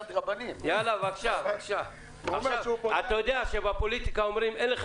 אתה יודע שאומרים שבפוליטיקה אומרים שאין לך